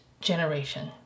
generation